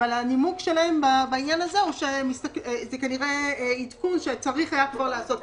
אבל הנימוק שלהם הוא שזה עדכון שצריך היה לעשות,